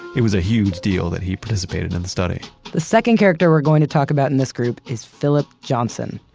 it was a huge deal that he participated in the study the second character we're going to talk about in this group is philip johnson,